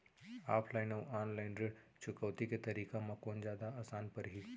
Offline अऊ online ऋण चुकौती के तरीका म कोन जादा आसान परही?